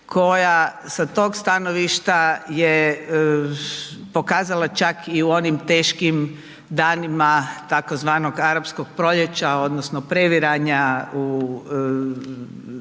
koja sa tog stanovišta je pokazala čak i u onim teškim danima, tzv. Arapskog proljeća, odnosno previranja na